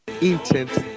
intent